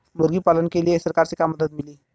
मुर्गी पालन के लीए सरकार से का मदद मिली?